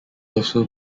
also